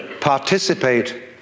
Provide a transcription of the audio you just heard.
participate